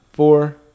four